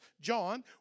John